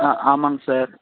ஆ ஆமாங்க சார்